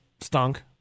stunk